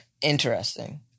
interesting